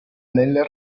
nel